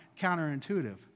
counterintuitive